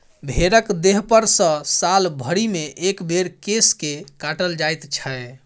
भेंड़क देहपर सॅ साल भरिमे एक बेर केश के काटल जाइत छै